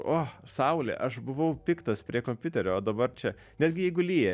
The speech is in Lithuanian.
o saulė aš buvau piktas prie kompiuterio o dabar čia netgi jeigu lyja